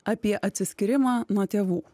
apie atsiskyrimą nuo tėvų